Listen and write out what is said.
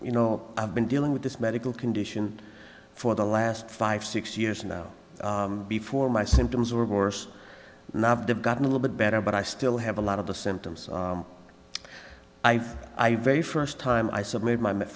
you know i've been dealing with this medical condition for the last five six years now before my symptoms were worse knobbed have gotten a little bit better but i still have a lot of the symptoms i've i very first time i submitted my